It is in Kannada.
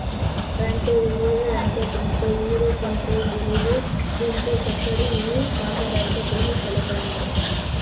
ರಂಟೆ ಹಿರೆರಂಟೆಕುಂಟೆ ಹಿರೇಕುಂಟೆ ಕೂರಿಗೆ ದಿಂಡು ಚಕ್ಕಡಿ ಇವು ಸಾಂಪ್ರದಾಯಿಕ ಕೃಷಿ ಸಲಕರಣೆಗಳು